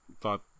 thought